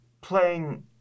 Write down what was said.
playing